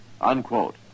Unquote